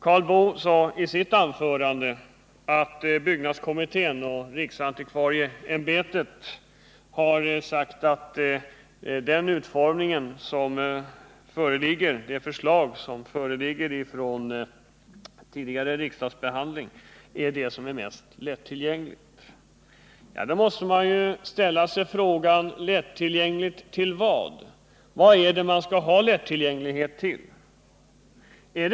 Karl Boo sade i sitt anförande att byggnadskommittén och riksantikvarieämbetet har förklarat att det förslag som föreligger från tidigare riksdagsbehandlingar är det som är mest lättillgängligt. Då måste man ställa sig frågan: Lättillgängligt till vad?